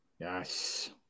Yes